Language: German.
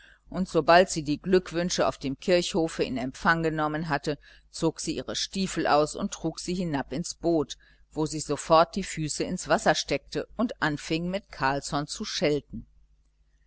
und sobald sie die glückwünsche auf dem kirchhofe in empfang genommen hatte zog sie ihre stiefel aus und trug sie hinab ins boot wo sie sofort die füße ins wasser steckte und anfing mit carlsson zu schelten